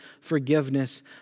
forgiveness